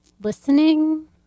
listening